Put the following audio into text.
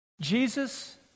Jesus